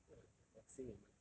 !wah! 你很恶心 eh 你